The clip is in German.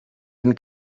den